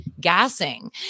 gassing